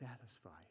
satisfied